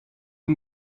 can